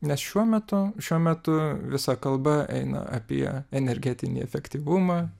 nes šiuo metu šiuo metu visa kalba eina apie energetinį efektyvumą